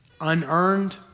Unearned